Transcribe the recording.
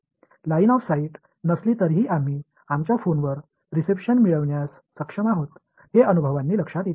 line of sight नसली तरीही आम्ही आमच्या फोनवर रिसेप्शन मिळविण्यास सक्षम आहोत हे अनुभवांनी लक्षात येते